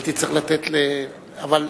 הייתי צריך לתת, אבל אמרנו,